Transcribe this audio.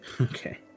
Okay